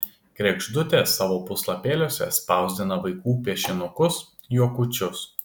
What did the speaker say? kregždutė savo puslapėliuose spausdina vaikų piešinukus juokučius